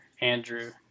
Andrew